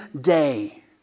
day